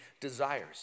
desires